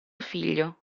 figlio